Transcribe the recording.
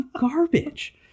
garbage